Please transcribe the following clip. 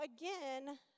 again